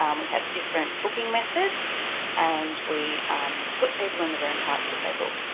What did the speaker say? um we have different booking methods and we put people in the room types that they book.